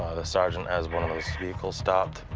ah the sergeant has one of those vehicles stopped,